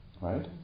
Right